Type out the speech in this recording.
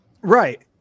Right